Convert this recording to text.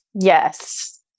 Yes